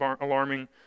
alarming